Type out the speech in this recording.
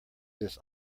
this